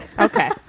Okay